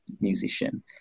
musician